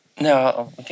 No